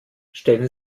stellen